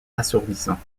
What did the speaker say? assourdissant